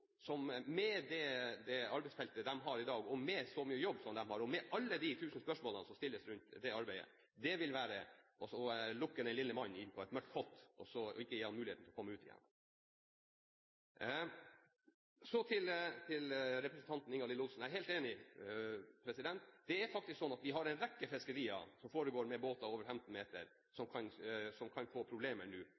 som stilles omkring det arbeidet – vil være å lokke den lille mann inn i et mørkt kott og ikke gi ham muligheten til å komme ut igjen. Så til representanten Ingalill Olsen. Jeg er helt enig, det er faktisk slik at mye fiske foregår med båter på over 15 meter, og disse kan nå få problemer